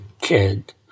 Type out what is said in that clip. kid